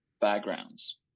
backgrounds